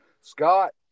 scott